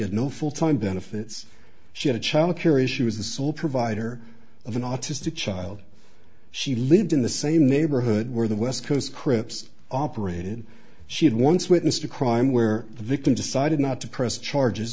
had no full time benefits she had a child care issue as the sole provider of an autistic child she lived in the same neighborhood where the west coast crips operated she had once witnessed a crime where the victim decided not to press charges